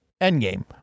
endgame